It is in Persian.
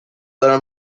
دارم